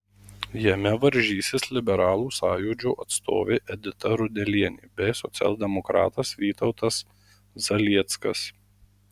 jame varžysis liberalų sąjūdžio atstovė edita rudelienė bei socialdemokratas vytautas zalieckas